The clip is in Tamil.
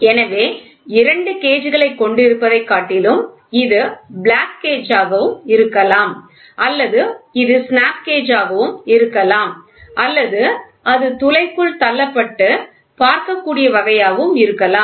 எனவே இரண்டு கேஜ் களைக் கொண்டிருப்பதைக் காட்டிலும் இது பிளக் கேஜாக இருக்கலாம் அல்லது அது ஸ்னாப் கேஜாக இருக்கலாம் அல்லது அது துளைக்குள் தள்ளப்பட்டு பார்க்கக்கூடிய வகையாக இருக்கலாம்